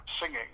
singing